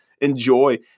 enjoy